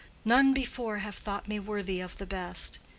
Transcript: none before have thought me worthy of the best.